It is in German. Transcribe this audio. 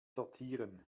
sortieren